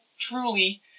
Truly